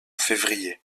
février